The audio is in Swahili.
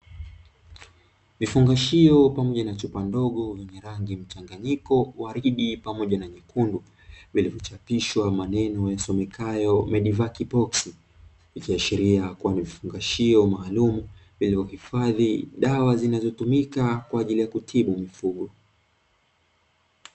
Vifungushio pamoja na chupa ndogo vyenye rangi mchanganyiko waridi pamoja na nyekundu vilivyochapishwa maneno yasomekayo "Medivac Pox" ikiashiria kuwa ni vifungashio maalum zilivyohifadhi dawa zinazotumika kwa ajili ya kutibu mifugo.